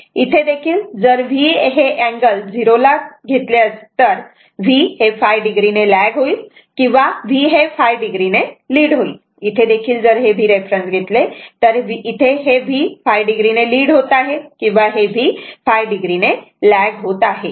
इथे देखील जर v हे अँगल 0 o ला घेतले तर हे V ϕo ने लॅग होईल किंवा v हे ϕo ने लीड होईल इथे देखील जर हे v रेफरन्स घेतले तर हे v ϕo ने लीड होत आहे किंवा V ϕo ने लॅग होत आहे